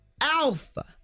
Alpha